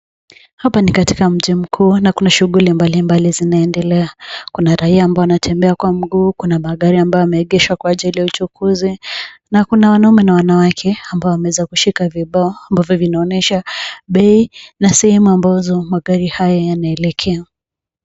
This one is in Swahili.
Hapa ni katika mji mkuu na kuna shughuli mbalimbali zinaendelea. Kuna raia ambao wantembea kwa mguu. Kuna magari amabyo yameegeshwa kwa ajili ya uchukuzi na kuna wanaume na wanawake ambao wanashika vibao ambavyo vinaonyesha bei na sehemu ambazo magari haya yanaelekea.